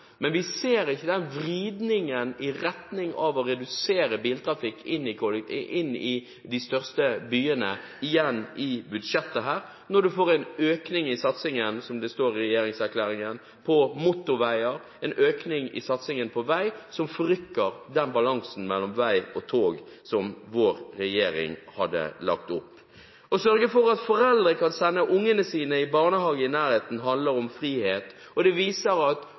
men vi finner ikke noen vridning i budsjettet her i retning av å redusere biltrafikk inn i de største byene når man får en økning i satsingen, som det står i regjeringserklæringen, på motorveier – en økning i satsingen på vei som forrykker den balansen mellom vei og tog som vår regjering hadde lagt opp til. Å sørge for at foreldre kan sende ungene sine i barnehage i nærheten, handler om frihet, og det viser at